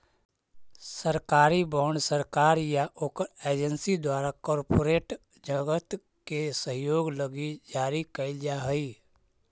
सरकारी बॉन्ड सरकार या ओकर एजेंसी द्वारा कॉरपोरेट जगत के सहयोग लगी जारी कैल जा हई